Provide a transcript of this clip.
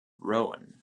roan